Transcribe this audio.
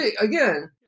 again